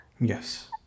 Yes